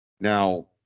now